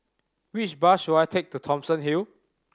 which bus should I take to Thomson Hill